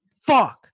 fuck